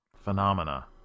phenomena